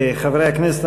חברי הכנסת,